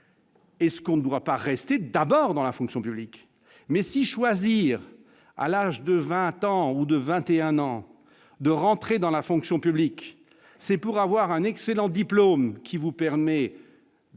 Est ce qu'on ne pourra pas rester d'abord dans la fonction publique mais si choisir à l'âge de 20 ans ou de 21 ans, de rentrer dans la fonction publique, c'est pour avoir un excellent diplôme qui vous permet